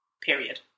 period